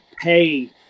pay